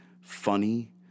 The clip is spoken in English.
funny